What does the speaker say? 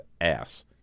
ass